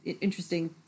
interesting